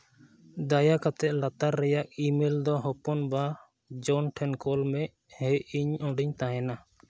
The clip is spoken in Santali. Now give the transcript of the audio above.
ᱫᱟᱭᱟ ᱠᱟᱛᱮ ᱞᱟᱛᱟᱨ ᱨᱮᱭᱟᱜ ᱤᱼᱢᱮᱞ ᱫᱚ ᱦᱚᱯᱚᱱᱵᱟ ᱡᱚᱱ ᱴᱷᱮᱱ ᱠᱩᱞ ᱢᱮ ᱦᱮᱸ ᱤᱧ ᱚᱸᱰᱮᱧ ᱛᱟᱦᱮᱱᱟ